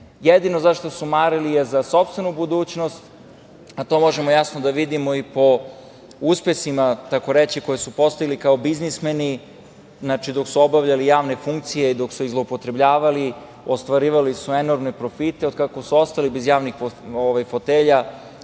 Jedino za šta su marili je za sopstvenu budućnost, a to možemo jasno da vidimo i po uspesima takoreći koje su postigli kao biznismeni dok su obavljali javne funkcije, dok su ih zloupotrebljavali ostvarili su enormne profite. Od kako su ostali bez javnih fotelja,